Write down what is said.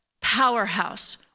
Powerhouse